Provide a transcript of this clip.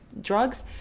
drugs